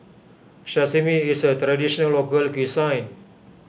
Sashimi is a Traditional Local Cuisine